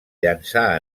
llançar